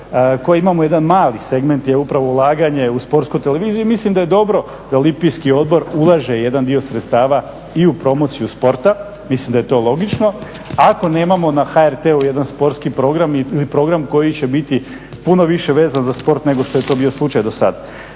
koji imamo jedan mali segment je upravo ulaganje u sportsku televiziju. I mislim da je dobro da olimpijski odbor ulaže jedan dio sredstava i u promociju sporta, mislim da je to logično, ako nemamo na HRT-u jedan sportski program ili program koji će biti puno više vezan za sport nego što je to bio slučaj do sada.